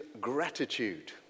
gratitude